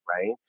right